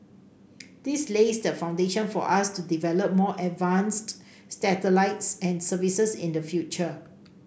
this lays the foundation for us to develop more advanced satellites and services in the future